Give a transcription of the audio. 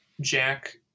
Jack